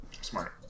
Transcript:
Smart